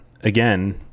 again